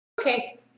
Okay